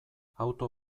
auto